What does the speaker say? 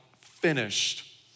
finished